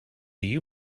you